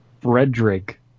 Frederick